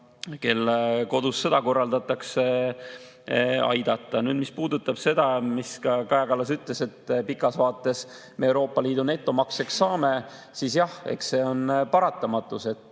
kelle kodus sõda korraldatakse, [tuleb] aidata. Nüüd, mis puudutab seda, mis ka Kaja Kallas ütles, pikas vaates me Euroopa Liidu netomaksjaks saame. Jah, eks see on paratamatus, et